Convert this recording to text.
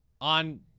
on